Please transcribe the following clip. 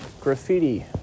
graffiti